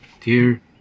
Dear